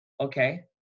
okay